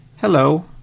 hello